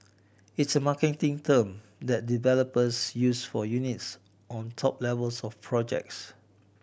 it's a marketing term that developers use for units on top levels of projects